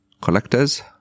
collectors